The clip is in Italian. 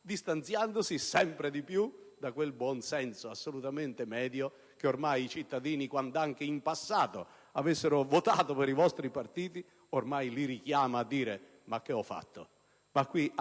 distanziandosi sempre di più da quel buonsenso assolutamente medio che ormai i cittadini, quand'anche in passato avessero votato per i vostri partiti, li richiama a dire: ma che ho fatto? *(Il